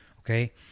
Okay